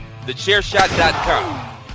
TheChairShot.com